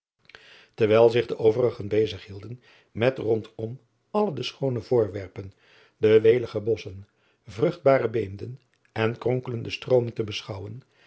erwijl zich de overigen bezig hielden met rondom alle de schoone voorwerpen de welige bosschen vruchtbare beemden en kronkelende stroomen te beschouwen